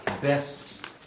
Best